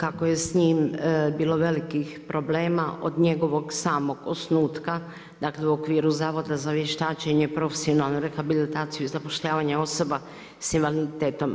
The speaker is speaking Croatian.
kako je s njim bilo velikih problema od njegovog samog osnutka u okviru Zavoda za vještačenje, profesionalnu rehabilitaciju i zapošljavanje osoba s invaliditetom.